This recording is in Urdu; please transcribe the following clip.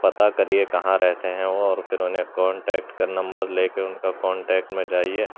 پتا کریے کہاں رہتے ہیں وہ اور پھر انہیں کانٹیکٹ کا نمبر لے کے ان کا کانٹیکٹ میں جائیے